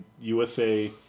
USA